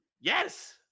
Yes